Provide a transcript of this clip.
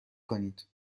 کنید